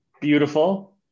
beautiful